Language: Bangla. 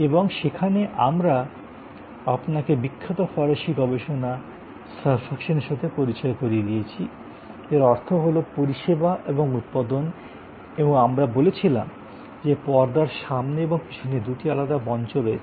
এবং সেখানে আমরা আপনাকে বিখ্যাত ফরাসী গবেষণা সার্ভাকশানের সাথে পরিচয় করিয়ে দিয়েছি যার অর্থ হল পরিষেবা এবং উৎপাদন এবং আমরা বলেছিলাম যে পর্দার সামনে এবং পিছনে দুটি আলাদা মঞ্চ রয়েছে